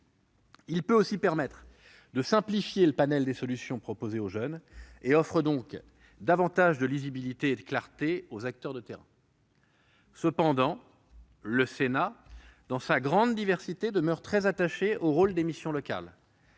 également susceptible de simplifier le panel des solutions proposées aux jeunes. Il offre donc davantage de lisibilité et de clarté aux acteurs de terrain. Cependant, le Sénat, dans sa grande diversité, demeure très attaché au rôle que jouent les missions locales